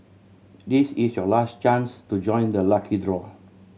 this is your last chance to join the lucky draw